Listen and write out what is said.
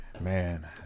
Man